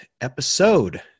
episode